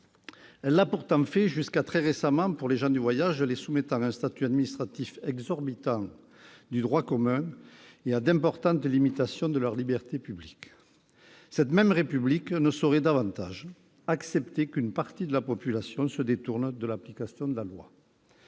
Elle l'a pourtant fait jusqu'à très récemment au détriment des gens du voyage, les soumettant à un statut administratif exorbitant du droit commun et à d'importantes limitations de leurs libertés publiques. Cette même République ne saurait davantage accepter qu'une partie de la population se détourne de l'application de la loi.